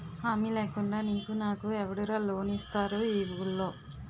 హామీ లేకుండా నీకు నాకు ఎవడురా లోన్ ఇస్తారు ఈ వూళ్ళో?